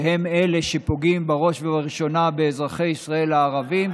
שהם אלה שפוגעים בראש ובראשונה באזרחי ישראל הערבים,